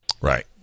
Right